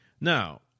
Now